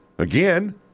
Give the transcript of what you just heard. Again